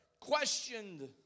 questioned